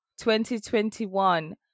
2021